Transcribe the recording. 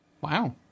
Wow